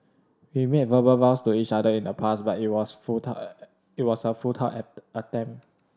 we made verbal vows to each other in the past but it was a futile it was a futile app attempt